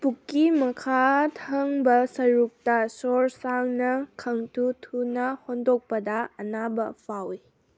ꯄꯨꯛꯀꯤ ꯃꯈꯥ ꯊꯪꯕ ꯁꯔꯨꯛꯇ ꯁꯣꯔ ꯁꯥꯡꯅ ꯈꯪꯊꯨ ꯊꯨꯅ ꯍꯣꯟꯗꯣꯛꯄꯗ ꯑꯅꯥꯕ ꯐꯥꯎꯏ